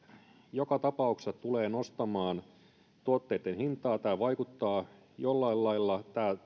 joka tapauksessa tulee nostamaan tuotteitten hintaa tai vaikuttaa jollain lailla tämä